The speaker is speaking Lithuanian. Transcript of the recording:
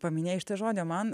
paminėjai šitą žodį o man